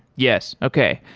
yes. okay.